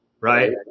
right